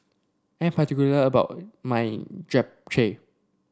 I'm particular about my Japchae